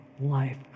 life